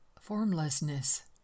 formlessness